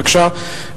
בבקשה,